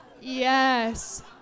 Yes